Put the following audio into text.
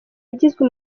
yagizwe